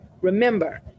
Remember